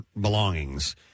belongings